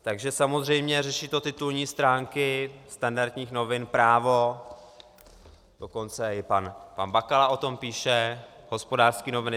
Takže samozřejmě řeší to titulní stránky standardních novin, Právo, dokonce i pan Bakala o tom píše, Hospodářské noviny.